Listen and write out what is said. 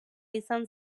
izan